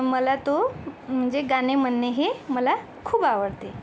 मला तो म्हणजे गाणे म्हणणे हे मला खूप आवडते